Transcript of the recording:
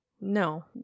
No